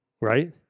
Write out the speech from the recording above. right